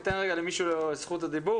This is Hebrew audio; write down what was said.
ניתן רגע את זכות הדיבור,